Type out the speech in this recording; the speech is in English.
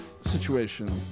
situation